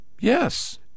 Yes